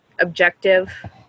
objective